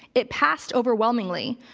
it passed overwhelmingly.